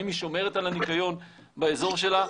האם היא שומרת על הניקיון באזור שלה?